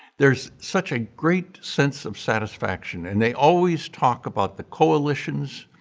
there is such a great sense of satisfaction and they always talk about the coalitions,